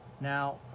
Now